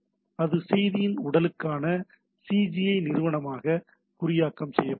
அது செய்தியின் உடலுக்கான சிஜிஐ ஆவணமாக குறியாக்கம் செய்யப்பட்டுள்ளது